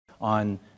on